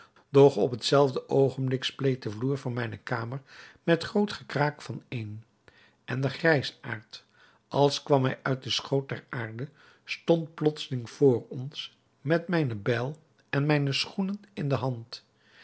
doch op hetzelfde oogenblik spleet de vloer van mijne kamer met groot gekraak van een en de grijsaard als kwam hij uit den schoot der aarde stond plotseling voor ons met mijne bijl en mijne schoenen in de hand